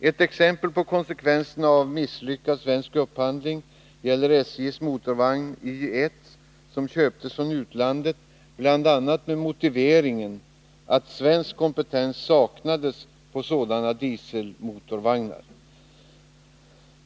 Ett exempel på konsekvenserna av en misslyckad svensk upphandling är SJ:s motorvagn Y1, som köptes från utlandet, bl.a. med motiveringen att svensk kompetens saknades i fråga om sådana dieselmotorvagnar.